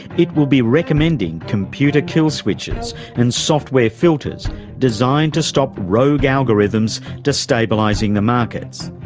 it will be recommending computer kill switches and software filters designed to stop rogue algorithms destabilising the markets.